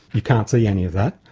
you can't see any of that,